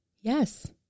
Yes